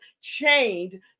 chained